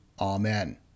Amen